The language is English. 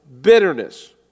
bitterness